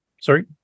sorry